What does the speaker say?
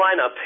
lineup